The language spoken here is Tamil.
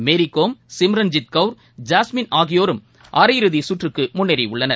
மேரிகோம் சிம்ரன் ஜித் கவுர் ஜாஸ்மின் ஆகியோரும் அரையிறுதிச் கற்றக்குமுன்னேறியுள்ளனர்